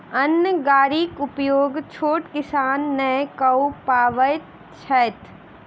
अन्न गाड़ीक उपयोग छोट किसान नै कअ पबैत छैथ